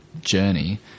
journey